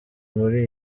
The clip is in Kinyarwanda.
muri